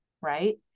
right